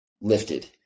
lifted